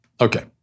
Okay